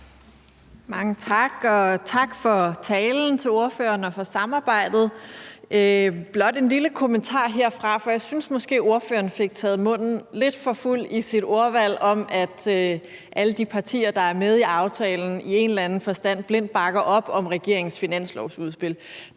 Mange tak, og tak til ordføreren for talen og for samarbejdet. Det er blot en lille kommentar herfra, for jeg synes måske, at ordføreren fik taget munden lidt for fuld i sit ordvalg om, at alle de partier, der er med i aftalen, i en eller anden forstand blindt bakker op om regeringens finanslovsudspil.